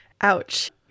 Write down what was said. Ouch